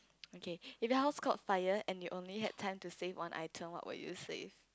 okay if your house caught fire and you only had time to save one item what would you save